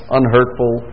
unhurtful